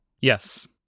Yes